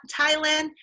Thailand